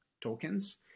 tokens